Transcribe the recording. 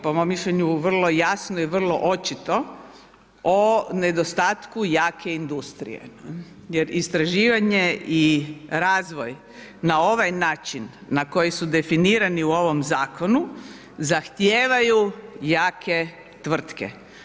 Po mom mišljenju vrlo jasno i vrlo očito o nedostatku jake industrije, jer istraživanje i razvoj na ovaj način na koji su definirani u ovom zakonu zahtijevaju jake tvrtke.